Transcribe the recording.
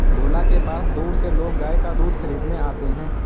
भोला के पास दूर से लोग गाय का दूध खरीदने आते हैं